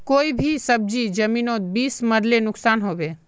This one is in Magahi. कोई भी सब्जी जमिनोत बीस मरले नुकसान होबे?